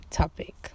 topic